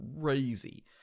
crazy